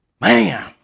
Man